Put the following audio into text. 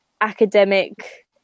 academic